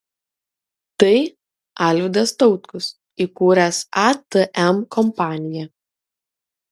tai alvidas tautkus įkūręs atm kompaniją